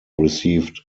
received